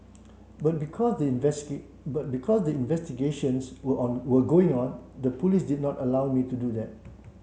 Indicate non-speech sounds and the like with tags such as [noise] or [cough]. but because the [unintelligible] but because the investigations were on were going on the police did not allow me to do that